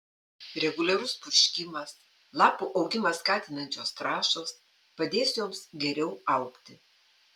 reguliarus purškimas lapų augimą skatinančios trąšos padės joms geriau augti